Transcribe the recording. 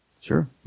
Sure